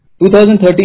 2013